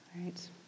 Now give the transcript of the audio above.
right